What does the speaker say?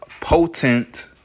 potent